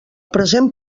present